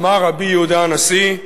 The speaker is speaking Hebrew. אמר רבי יהודה הנשיא: